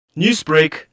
Newsbreak